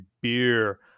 beer